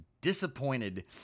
disappointed